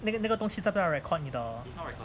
那个那个东西在在 record 你的